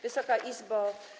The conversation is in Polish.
Wysoka Izbo!